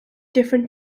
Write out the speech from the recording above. different